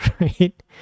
right